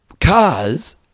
Cars